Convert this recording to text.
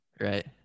right